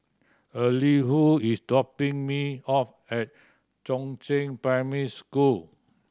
Elihu is dropping me off at Chongzheng Primary School